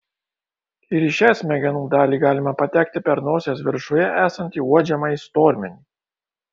ir į šią smegenų dalį galima patekti per nosies viršuje esantį uodžiamąjį stormenį